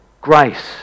grace